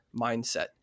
mindset